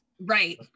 Right